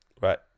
Right